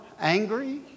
angry